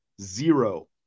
zero